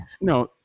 No